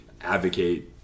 advocate